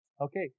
okay